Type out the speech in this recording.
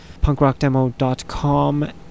punkrockdemo.com